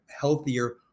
healthier